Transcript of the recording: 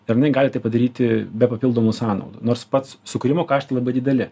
ir jinai gali tai padaryti be papildomų sąnaudų nors pats sukūrimo kaštai labai dideli